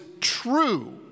true